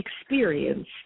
experience